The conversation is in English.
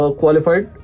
qualified